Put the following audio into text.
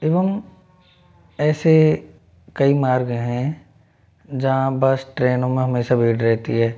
एवं ऐसे कई मार्ग हैं जहाँ बस ट्रैनों में हमेशा भीड़ रहती है